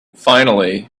finally